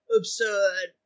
absurd